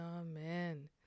Amen